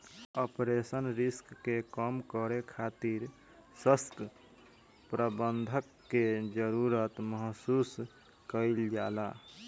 operational risk के कम करे खातिर ससक्त प्रबंधन के जरुरत महसूस कईल जाला